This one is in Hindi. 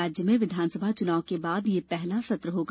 राज्य में विधानसभा चुनाव के बाद यह पहला सत्र होगा